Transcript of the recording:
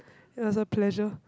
it was a pleasure